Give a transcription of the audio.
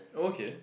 okay